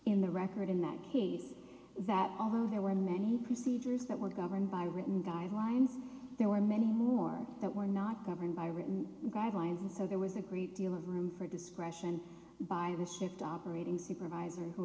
in the record in that case that although there were many procedures that were governed by written guidelines there were many more that were not governed by written guidelines and so there was a great deal of room for discretion by reshift operating supervisor who